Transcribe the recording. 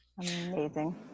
Amazing